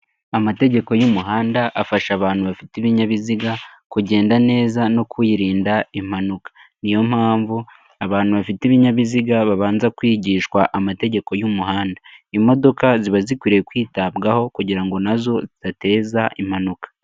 Amategeko y'umuhanda afasha abantu bafite ibinyabiziga kugenda neza no kwirinda impanuka, niyo mpamvu abantu bafite ibinyabiziga babanza kwigishwa amategeko y'umuhanda, imodoka ziba zikwiriye kwitabwaho kugirango nazo zidateza impanuka.